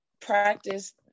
practice